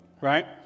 right